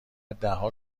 دهها